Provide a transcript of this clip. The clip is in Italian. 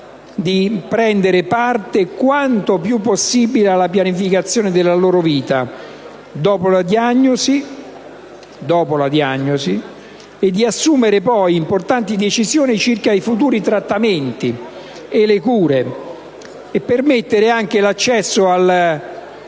di prendere parte quanto più possibile alla pianificazione della loro vita dopo la diagnosi, e di assumere importanti decisioni circa i futuri trattamenti e cure. Essa permette l'accesso al